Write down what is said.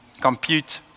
compute